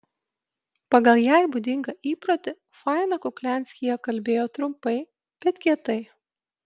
pagal jai būdingą įprotį faina kuklianskyje kalbėjo trumpai bet kietai